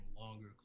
longer